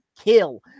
Kill